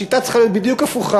השיטה צריכה להיות בדיוק הפוכה: